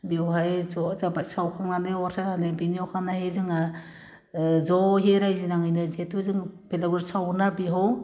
बेवहाय ज' जाबाय सावखांनानै अर सायनानै बिनि अखानाइयै जोङो ओह ज'यै रायजो नाङैनो जिथु जोङो बेलागुर सावना बेहाव